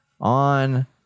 on